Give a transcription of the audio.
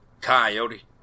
Coyote